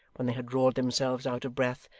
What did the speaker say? when they had roared themselves out of breath.